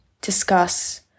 discuss